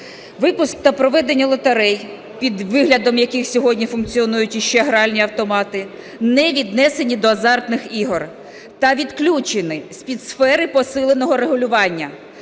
Випуск та проведення лотерей, під виглядом яких сьогодні функціонують ще гральні автомати, не віднесені до азартних ігор та відключені з-під сфери посиленого регулювання.